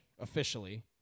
officially